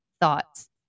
thoughts